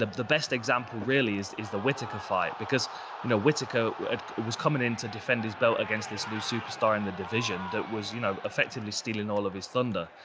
the the best example really is is the whittaker fight because whittaker was coming in to defend his belt against this new superstar in the division that was, you know, effectively stealing all of his thunder.